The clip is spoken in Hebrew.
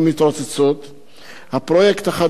הפרויקט החדש אמור לחולל מהפך